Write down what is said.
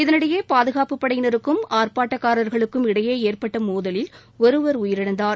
இதனிடையே பாதுகாப்பு படையினருக்கும் ஆர்ப்பாட்டக்காரர்களுக்கும் இடையே ஏற்பட்ட மோதலில் ஒருவர் உயிரிழந்தார்